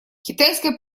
китайское